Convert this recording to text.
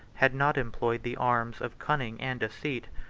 had not employed the arms of cunning and deceit.